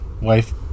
Wife